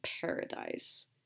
paradise